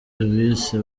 bise